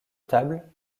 table